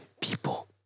people